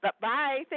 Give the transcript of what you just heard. Bye